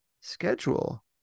schedule